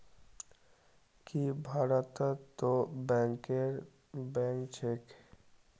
की भारतत तो बैंकरेर बैंक छेक